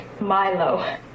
Milo